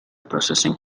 processing